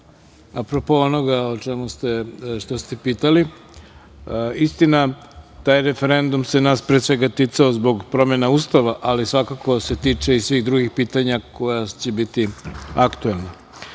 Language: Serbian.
apropo onoga što ste pitali. Istina, taj referendum se nas, pre svega, ticao zbog promena Ustava, ali svakako se tiče i svih drugih pitanja koja će biti aktuelna. Što